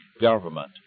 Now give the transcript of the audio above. government